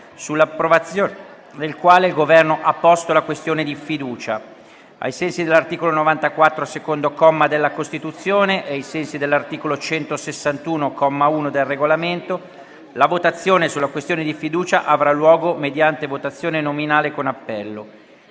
sull'approvazione del quale il Governo ha posto la questione di fiducia. Ricordo che ai sensi dell'articolo 94, secondo comma, della Costituzione e ai sensi dell'articolo 161, comma 1, del Regolamento, la votazione sulla questione di fiducia avrà luogo mediante votazione nominale con appello.